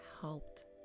helped